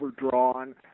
overdrawn